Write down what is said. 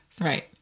Right